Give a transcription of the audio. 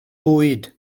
bwyd